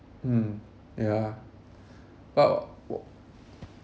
mm yeah but wh~